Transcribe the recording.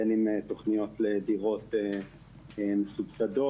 בין אם תוכניות לדירות מסובסדות,